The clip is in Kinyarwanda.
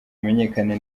amenyekane